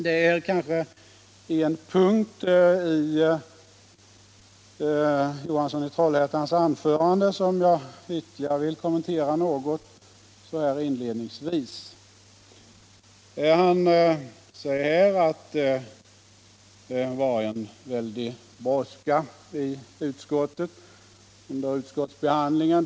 Det är kanske en punkt i herr Johanssons i Trollhättan anförande som jag ytterligare något Nr 36 vill kommentera. Onsdagen den Herr Johansson säger att det har varit en väldig brådska under ut 1 december 1976 skottsbehandlingen.